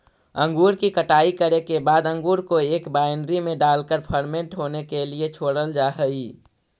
अंगूर की कटाई करे के बाद अंगूर को एक वायनरी में डालकर फर्मेंट होने के लिए छोड़ल जा हई